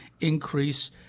increase